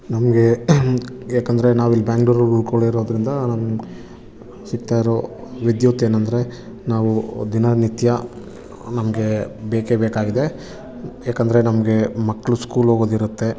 ನಮಗೆ ಯಾಕಂದರೆ ನಾವಿಲ್ಲಿ ಬೆಂಗಳೂರಲ್ಲಿ ಉಳ್ಕೊಂಡಿರೋದ್ರಿಂದ ನಮ್ಮ ಸಿಕ್ತಾರೊ ವಿದ್ಯುತ್ ಏನಂದರೆ ನಾವು ದಿನನಿತ್ಯ ನಮಗೆ ಬೇಕೇ ಬೇಕಾಗಿದೆ ಏಕಂದರೆ ನಮಗೆ ಮಕ್ಕಳು ಸ್ಕೂಲ್ ಹೋಗೋದಿರತ್ತೆ